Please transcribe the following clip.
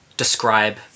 describe